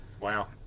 Wow